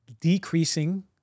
decreasing